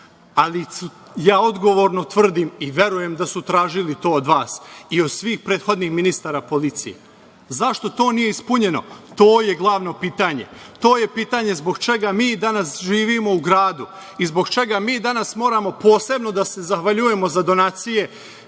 Ali, ja odgovorno tvrdim i verujem da su tražili to od vas i od svih prethodnih ministara policije. Zašto to nije ispunjeno? To je glavno pitanje, to je pitanje zbog čega mi danas živimo u gradu i zbog čega mi danas posebno moramo da se zahvaljujemo za donacije